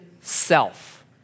self